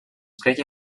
creia